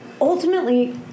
Ultimately